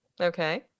Okay